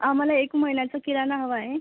आम्हाला एक महिन्याचा किराणा हवा आहे